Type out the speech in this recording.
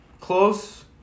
close